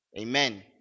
amen